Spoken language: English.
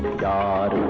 god,